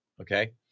Okay